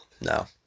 No